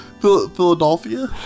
Philadelphia